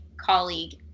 colleague